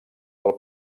del